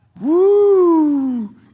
Woo